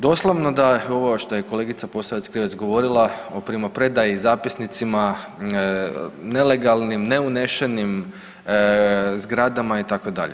Doslovno da ovo što je kolegica Posavec Krivec govorila o primopredaji zapisnicima, nelegalnim, neunešenim zgradama itd.